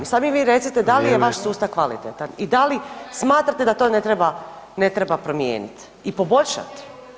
I sad mi vi recite da li je vaš sustav [[Upadica Sanader: Vrijeme.]] kvalitetan i da li smatrate da to ne treba promijenit i poboljšat?